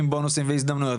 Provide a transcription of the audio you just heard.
עם בונוסים והזדמנויות,